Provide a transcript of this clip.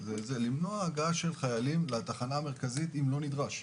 למנוע הגעה של חיילים לתחנה המרכזית בבאר שבע אם לא נדרש.